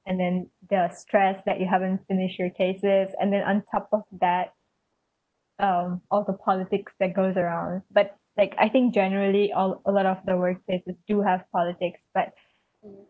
and then the stress that you haven't finish your cases and then on top of that um all the politics that goes around but like I think generally all all of the workplaces do have politics but